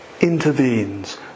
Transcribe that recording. intervenes